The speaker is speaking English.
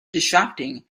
distracting